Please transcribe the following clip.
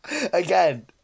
Again